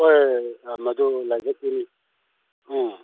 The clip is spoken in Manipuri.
ꯍꯣꯏ ꯃꯗꯨ ꯂꯥꯏꯕꯛꯀꯤꯅꯤ ꯎꯝ